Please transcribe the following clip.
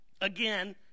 Again